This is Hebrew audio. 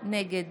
נגד